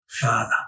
Father